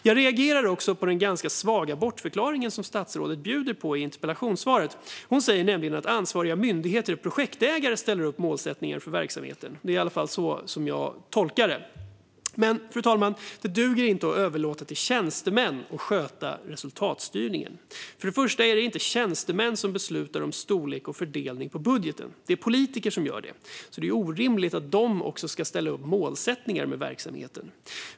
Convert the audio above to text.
Jag reagerar också på den ganska svaga bortförklaring som statsrådet bjuder på i interpellationssvaret. Hon säger nämligen att ansvariga myndigheter och projektägare ställer upp målsättningar för verksamheten. Det är i alla fall så jag tolkar det. Fru talman! Det duger inte att överlåta till tjänstemän att sköta resultatstyrningen. För det första är det inte tjänstemän som beslutar om budgetens storlek och fördelning. Det är politiker som gör det. Det är därför orimligt att tjänstemännen också ska ställa upp målsättningar för verksamheten.